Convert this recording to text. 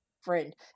friend